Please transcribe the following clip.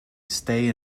stay